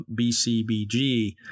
BCBG